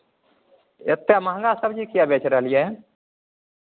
एतेक महङ्गा सबजी किएक बेच रहलियै हन